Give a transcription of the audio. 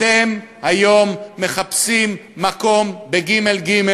אתם היום מחפשים מקום בג.ג.,